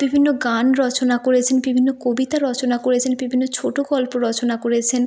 বিভিন্ন গান রচনা করেছেন বিভিন্ন কবিতা রচনা করেছেন বিভিন্ন ছোট গল্প রচনা করেছেন